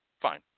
fine